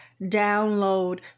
download